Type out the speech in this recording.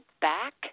back